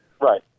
Right